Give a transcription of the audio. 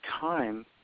time